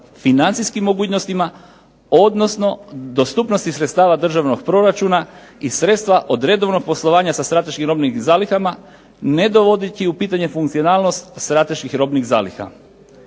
financijskim mogućnostima, odnosno dostupnosti sredstava državnog proračuna i sredstva od redovnog poslovanja sa strateškim robnim zalihama, ne dovoditi u pitanje funkcionalnost strateških robnih zaliha.